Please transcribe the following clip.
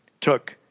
took